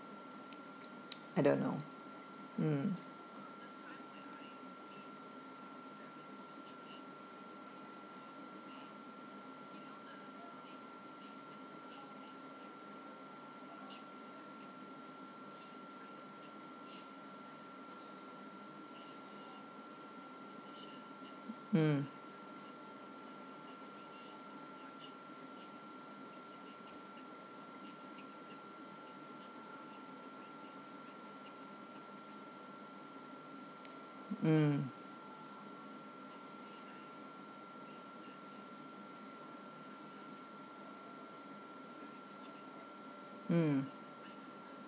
I don't know mm mm mm mm